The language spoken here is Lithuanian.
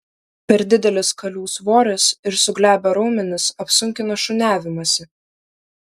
per didelis kalių svoris ir suglebę raumenys apsunkina šuniavimąsi